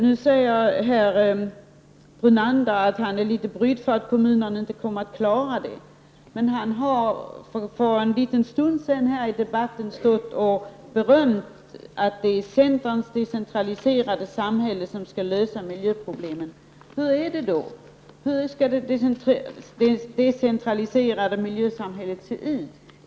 Nu säger Lennart Brunander här att han är litet brydd över att kommunerna inte kommer att klara det. Men han har för en liten stund sedan i debatten berömt centerns decentraliserade samhälle och sagt att det är detta som skall lösa miljöproblemen. Hur skall det decentraliserade miljösamhället se ut?